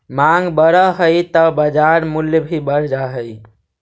माँग बढ़ऽ हइ त बाजार मूल्य भी बढ़ जा हइ